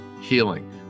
healing